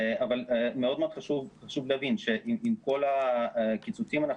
מאוד מאוד חשוב שתבין שעם כל הקיצוצים אנחנו